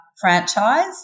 franchise